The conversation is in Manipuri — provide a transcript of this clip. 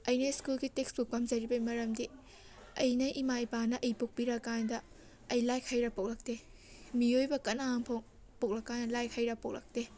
ꯑꯩꯅ ꯁ꯭ꯀꯨꯜꯒꯤ ꯇꯦꯛꯁꯕꯨꯛ ꯄꯥꯝꯖꯔꯤꯕꯩ ꯃꯔꯝꯗꯤ ꯑꯩꯅ ꯏꯃꯥ ꯏꯄꯥꯅ ꯑꯩ ꯄꯣꯛꯄꯤꯔꯀꯥꯟꯗ ꯑꯩ ꯂꯥꯏꯔꯤꯛ ꯍꯩꯔ ꯄꯣꯛꯂꯛꯇꯦ ꯃꯤꯑꯣꯏꯕ ꯀꯅꯥꯑꯝꯐꯥꯎ ꯄꯣꯛꯂꯛꯀꯥꯟꯗ ꯂꯥꯏꯔꯤꯛ ꯍꯩꯔ ꯄꯣꯛꯂꯛꯇꯦ